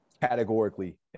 categorically